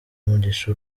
mugisha